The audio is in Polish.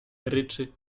ryczy